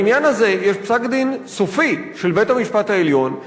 בעניין הזה יש פסק-דין סופי של בית-המשפט העליון,